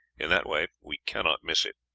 in that way we cannot miss it.